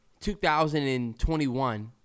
2021